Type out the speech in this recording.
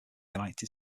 united